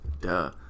Duh